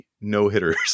no-hitters